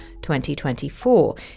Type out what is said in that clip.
2024